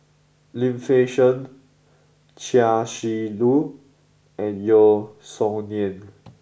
Lim Fei Shen Chia Shi Lu and Yeo Song Nian